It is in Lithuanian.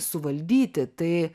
suvaldyti tai